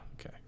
Okay